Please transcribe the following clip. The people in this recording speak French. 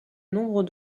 nombre